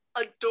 adore